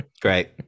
Great